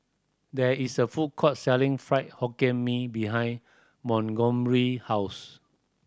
there is a food court selling Fried Hokkien Mee behind Montgomery house